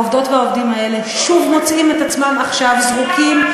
העובדות והעובדים האלה שוב מוצאים את עצמם עכשיו זרוקים,